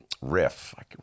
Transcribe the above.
riff